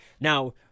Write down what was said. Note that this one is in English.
Now